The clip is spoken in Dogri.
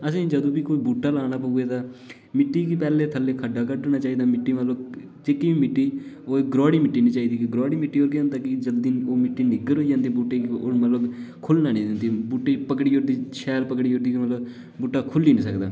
असें गी जदूं बी कुतै बूह्टा लाना पवै तां मि'ट्टी गी पैह्लें थल्ले खड्ढा कड्ढना चाहिदा चिकनी मि''ट्टी गरलोडी मिट्टी पर केह् होंदा केह् जल्दी ओह् मि'ट्टी निग्गर होई जदीं ओह् मतलब खु'ल्लन नी दिंदी पकड़ी ओड़दी शैल पकड़ी ओड़दी मतलब बूह्टा खु'ल्ली नी सकदा